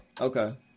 Okay